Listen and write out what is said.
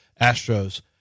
Astros